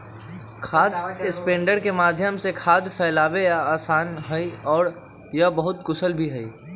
खाद स्प्रेडर के माध्यम से खाद फैलावे ला आसान हई और यह बहुत कुशल भी हई